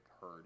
heard